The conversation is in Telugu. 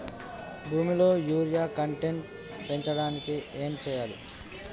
భూమిలో యూరియా కంటెంట్ పెంచడానికి ఏం చేయాలి?